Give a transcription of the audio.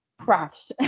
crash